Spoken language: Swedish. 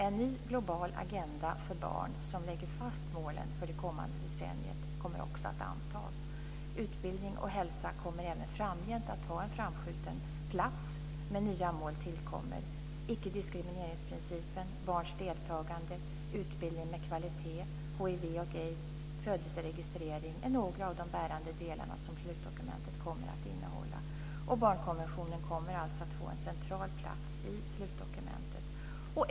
En ny global agenda för barn som lägger fast målen för det kommande decenniet kommer också att antas. Utbildning och hälsa kommer även framgent att ha en framskjuten plats, men nya mål tillkommer. Icke-diskrimineringsprincipen, barns deltagande, utbildning med kvalitet, hiv och aids samt födelseregistrering är några av de bärande delar som slutdokumentet kommer att innehålla. Barnkonventionen kommer alltså att få en central plats i slutdokumentet.